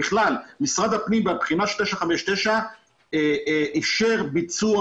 בכלל משרד הפנים בתוכנית 959 אפשר ביצוע